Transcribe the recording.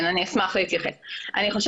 אני אשמח להתייחס.